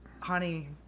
honey